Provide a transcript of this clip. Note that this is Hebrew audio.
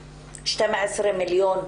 12 מיליון שקל,